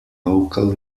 local